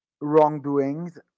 wrongdoings